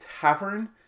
Tavern